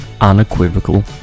Unequivocal